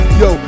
yo